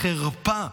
חרפה"